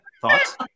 Thoughts